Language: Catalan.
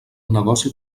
negoci